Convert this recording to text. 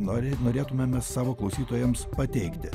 norime norėtume savo klausytojams pateikti